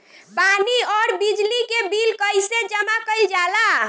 पानी और बिजली के बिल कइसे जमा कइल जाला?